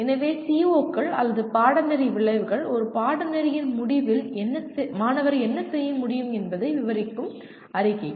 எனவே CO கள் அல்லது பாடநெறி விளைவுகள் ஒரு பாடநெறியின் முடிவில் மாணவர் என்ன செய்ய முடியும் என்பதை விவரிக்கும் அறிக்கைகள்